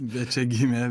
bet čia gimė